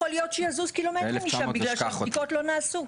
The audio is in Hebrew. יכול להיות שיזוז קילומטרים משם בגלל שהבדיקות לא נעשו.